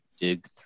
dig